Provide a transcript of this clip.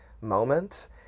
moment